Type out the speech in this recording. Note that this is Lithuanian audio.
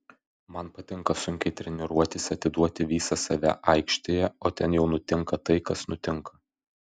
man patinka sunkiai treniruotis atiduoti visą save aikštėje o ten jau nutinka tai kas nutinka